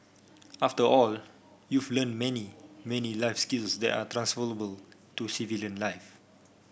after all you've learnt many many life skills that are transferable to civilian life